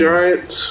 Giants